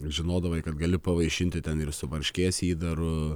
žinodavai kad gali pavaišinti ten ir su varškės įdaru